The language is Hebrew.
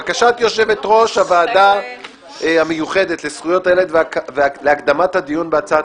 בקשת יושבת-ראש הוועדה המיוחדת לזכויות הילד להקדמת הדיון בהצעת